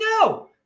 No